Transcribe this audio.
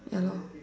ya lor